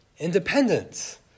independence